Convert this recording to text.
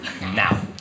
now